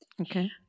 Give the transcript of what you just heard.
Okay